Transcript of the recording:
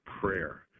prayer